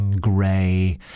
grey